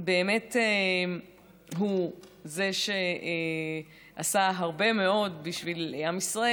שבאמת הוא שעשה הרבה מאוד בשביל עם ישראל.